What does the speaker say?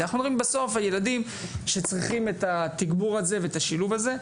אנחנו אומרים שבסוף הילדים צריכים את התגבור הזה ואת השילוב הזה.